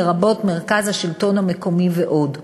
לרבות מרכז השלטון המקומי ועוד.